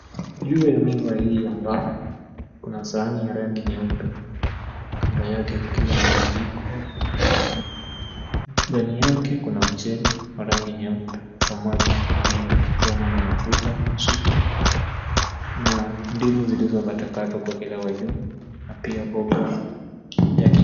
Juu ya meza hii ya mbao Kuna sahani ya rangi nyeupe, kando yake kukiwa na vijiko , ndani yake kuna mchele wa rangi nyeupe, samaki iliyochomwa na mafuta, supu na ndimu zilizokatwakatwa na kuwekelewa juu na pia mboga ya kienyeji.